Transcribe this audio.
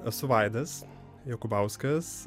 esu vaidas jokubauskas